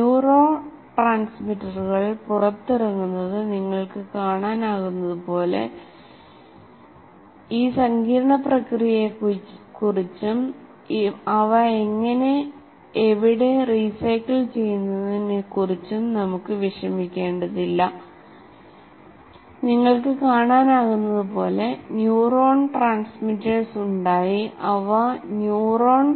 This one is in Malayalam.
ന്യൂറോ ട്രാൻസ്മിറ്ററുകൾ പുറത്തിറങ്ങുന്നത് നിങ്ങൾക്ക് കാണാനാകുന്നതുപോലെ ഈ സങ്കീർണ്ണ പ്രക്രിയയെക്കുറിച്ചും അവ എങ്ങനെ ഇവിടെ റീസൈക്കിൾ ചെയ്യുന്നുവെന്നതിനെക്കുറിച്ചും നമുക്ക് വിഷമിക്കേണ്ടതില്ലന്യുറോൺ ട്രാൻസ്മിറ്റഴ്സ് ഉണ്ടായി അവർ ന്യൂറോൺ